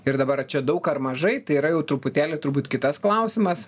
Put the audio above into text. ir dabar čia daug ar mažai tai yra jau truputėlį turbūt kitas klausimas